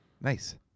Nice